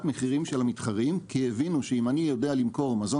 מחירים של המתחרים כי הבינו שאם אני יודע למכור מזון